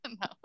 No